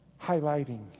highlighting